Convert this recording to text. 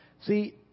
See